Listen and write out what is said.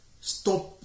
Stop